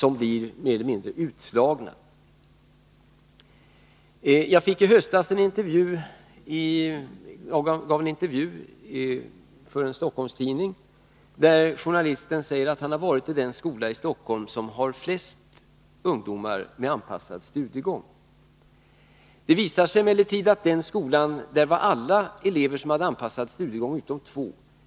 Jag gav i höstas en intervju till en Stockholmstidning. Journalisten sade att han hade varit i den skola i Stockholm som har flest ungdomar med anpassad studiegång. Det visade sig emellertid att alla elever i den skolan hade anpassad studiegång utom två.